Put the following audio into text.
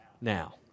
now